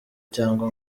cyangwa